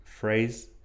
phrase